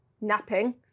Napping